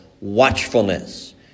watchfulness